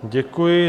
Děkuji.